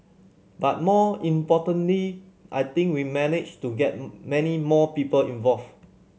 but more importantly I think we managed to get many more people involved